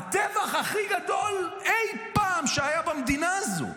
הטבח הכי גדול אי פעם שהיה במדינה הזו,